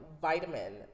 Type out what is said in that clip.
vitamin